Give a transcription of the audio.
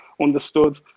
understood